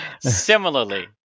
Similarly